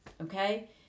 okay